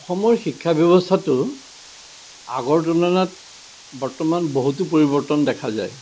অসমৰ শিক্ষা ব্যৱস্থাটো আগৰ তুলনাত বৰ্তমান বহুতো পৰিৱৰ্তন দেখা যায়